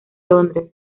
londres